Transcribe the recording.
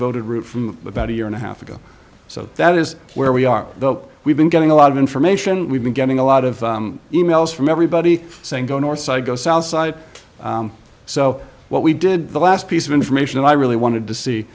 voted route from about a year and a half ago so that is where we are though we've been getting a lot of information we've been getting a lot of e mails from everybody saying go north side go south side so what we did the last piece of information i really wanted to see